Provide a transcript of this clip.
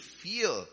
feel